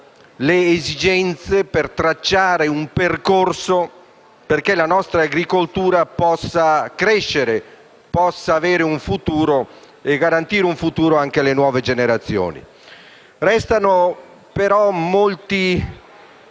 le esigenze per tracciare un percorso affinché la nostra agricoltura possa crescere e garantire un futuro anche alle nuove generazioni. Restano però